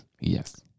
Yes